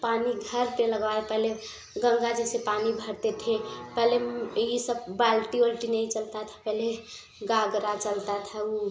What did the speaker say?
पानी घर पर लगवाए पहले गंगा जी से पानी भरते थे पहले ई सब बाल्टी ओल्टी नहीं चलता था पहले गागरा चलता था ऊ